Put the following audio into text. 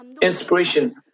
inspiration